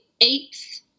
eighth